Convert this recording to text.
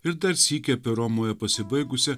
ir dar sykį apie romoje pasibaigusią